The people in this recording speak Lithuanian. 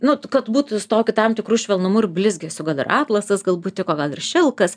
nu kad būtų su tokiu tam tikru švelnumu ir blizgesiu ir atlasas galbūt tiko gal ir šilkas